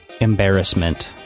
embarrassment